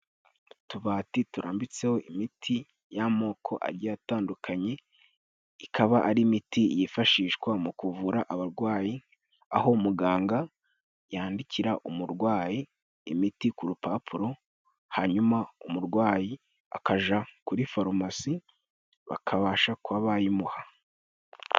Utubati turambitseho imiti y'amoko agiye atandukanye. Ikaba ari miti yifashishwa mu kuvura abarwayi, aho muganga yandikira umurwayi imiti ku rupapuro, hanyuma umurwayi akaja kuri farumasi bakabasha kuba bayimuha.